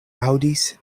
aŭdis